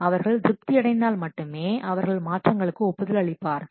அவர்கள் திருப்தி அடைந்தால் மட்டுமே அவர்கள் மாற்றங்களுக்கு ஒப்புதல் அளிப்பார்கள்